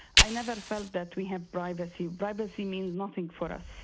i never felt that we had privacy. privacy means nothing for us.